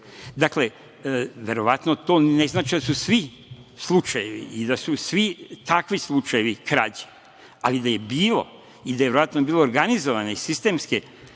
Dakle, to ne znači da su svi slučajevi i da su svi takvi slučajevi krađe, ali da je bilo i da je verovatno bilo organizovane i sistemske